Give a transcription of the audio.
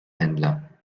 händler